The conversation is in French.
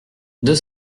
deux